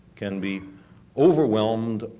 can be overwhelmed,